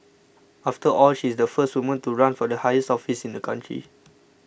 after all she's the first woman to run for the highest office in the country